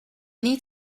need